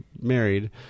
married